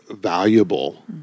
valuable